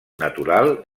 natural